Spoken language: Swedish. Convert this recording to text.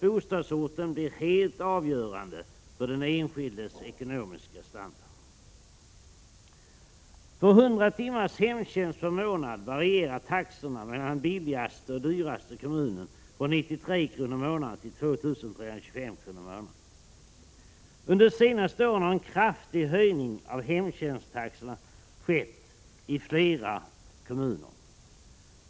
Bostadsorten blir helt avgörande för den enskildes ekonomiska standard. För 100 timmars hemtjänst varierar taxorna mellan den billigaste och den dyraste kommunen från 93 kr. till 2 325 kr. i månaden. Under det senaste året har en kraftig höjning av hemtjänsttaxorna skett i flera kommuner.